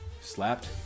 slapped